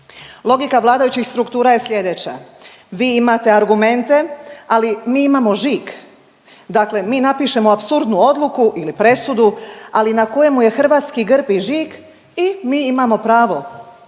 Logika vladajućih struktura je slijedeća. Vi imate argumente ali mi imamo žig. Dakle mi napišemo apsurdnu odluku ili presudu ali na kojemu je hrvatski grb i žig i mi imamo pravo.